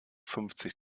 fünfzig